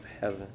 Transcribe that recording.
heaven